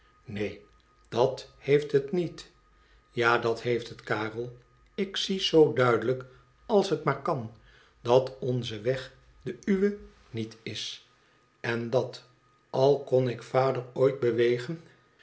neen dat heeft het niet ja dat heeft het karel ik zie zoo duidelijk als het maar kan dat onze weg de uwe niet is en dat al kon ik vader ooit bewe